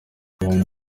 abana